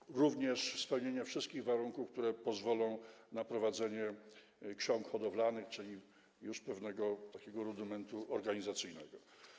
Chodzi również o spełnienie wszystkich warunków, które pozwolą na prowadzenie ksiąg hodowlanych, czyli już pewnego takiego rudymentu organizacyjnego.